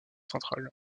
central